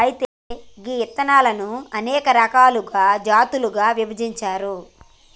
అయితే గీ ఇత్తనాలను అనేక రకాలుగా జాతులుగా విభజించారు